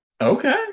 okay